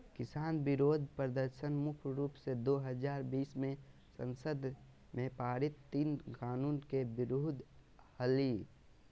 किसान विरोध प्रदर्शन मुख्य रूप से दो हजार बीस मे संसद में पारित तीन कानून के विरुद्ध हलई